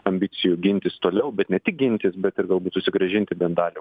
ambicijų gintis toliau bet ne tik gintis bet ir galbūt susigrąžinti bent dalį